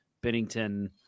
Bennington